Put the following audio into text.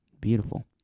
Beautiful